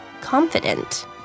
confident